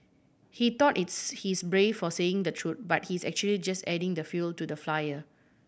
he thought he's brave for saying the truth but he's actually just adding the fuel to the flyer